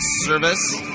service